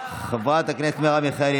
חברת הכנסת מרב מיכאלי,